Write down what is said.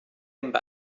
amb